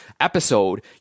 episode